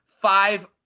five